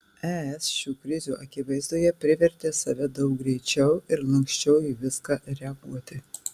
es šių krizių akivaizdoje privertė save daug greičiau ir lanksčiau į viską reaguoti